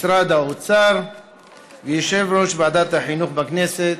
משרד האוצר ויושב-ראש ועדת החינוך בכנסת